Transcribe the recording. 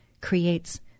creates